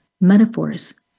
metaphors